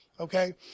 Okay